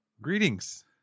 Greetings